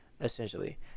essentially